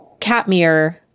Katmere